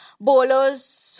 bowlers